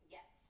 Yes